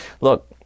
look